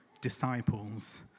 disciples